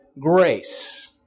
grace